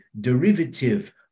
derivative